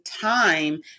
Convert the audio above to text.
time